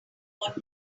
what